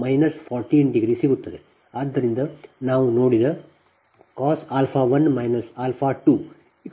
ಆದ್ದರಿಂದ ನಾವು ನೋಡಿದ cos 1 2 cos 0 1